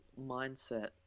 mindset